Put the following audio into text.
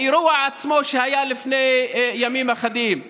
על האירוע שהיה לפני ימים אחדים עצמו,